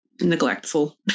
neglectful